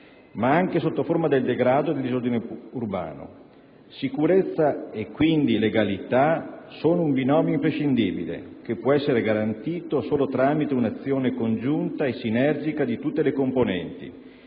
ma anche sotto forma di degrado e disordine urbano. Sicurezza e legalità sono un binomio imprescindibile, che può essere garantito solo tramite un'azione congiunta e sinergica di tutte le componenti,